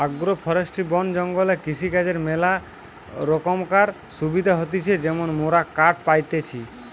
agro forestry বন জঙ্গলে কৃষিকাজর ম্যালা রোকমকার সুবিধা হতিছে যেমন মোরা কাঠ পাইতেছি